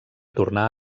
tornar